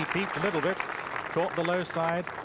a little bit thought the low side